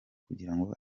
kugirango